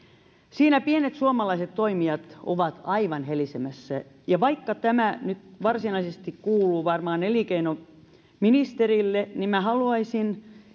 siinä pienet suomalaiset toimijat ovat aivan helisemässä vaikka tämä nyt varsinaisesti kuuluu varmaan elinkeinoministerille niin minä haluaisin